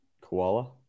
Koala